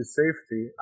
safety